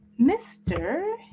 Mr